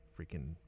freaking